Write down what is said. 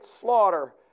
slaughter